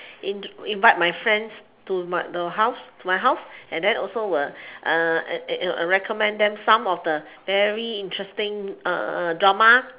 in~ invite my friends to my the house to my house and then also will and and and recommend some of the very interesting drama